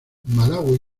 malaui